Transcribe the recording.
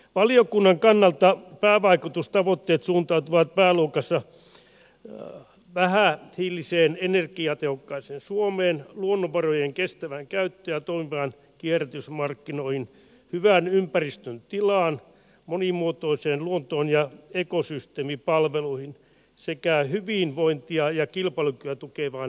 valiokunnan kannalta päävaikutustavoitteet suuntautuvat pääluokassa vähähiiliseen energiatehokkaaseen suomeen luonnonvarojen kestävään käyttöön toimiviin kierrätysmarkkinoihin hyvään ympäristön tilaan monimuotoiseen luontoon ja ekosysteemipalveluihin sekä hyvinvointia ja kilpailukykyä tukeviin asunto oloihin